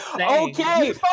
okay